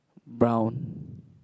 brown